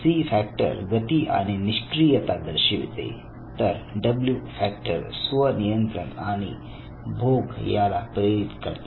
C factor गती आणि निष्क्रियता दर्शविते तर डब्ल्यू फॅक्टर स्वनियंत्रण आणि भोग याला प्रेरित करते